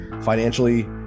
financially